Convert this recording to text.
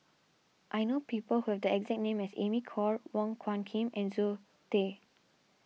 I know people who have the exact name as Amy Khor Wong Hung Khim and Zoe Tay